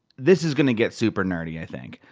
this is gonna get super nerdy i think.